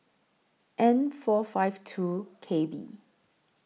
N four five two K B